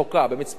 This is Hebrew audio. במצפה-רמון,